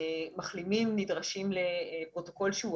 מחלימים נדרשים לפרוטוקול שהוא אחר.